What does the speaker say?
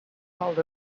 called